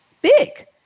big